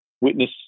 witness